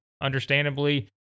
understandably